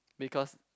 because